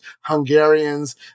Hungarians